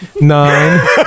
Nine